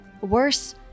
Worse